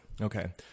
Okay